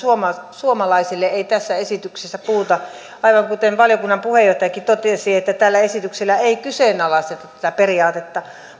suomalaisille ei tässä esityksessä puhuta aivan kuten valiokunnan puheenjohtajakin totesi tällä esityksellä ei kyseenalaisteta tätä periaatetta